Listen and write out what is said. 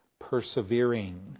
persevering